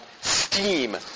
steam